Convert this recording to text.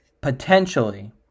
potentially